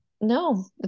no